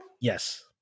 Yes